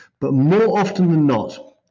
but more often than not,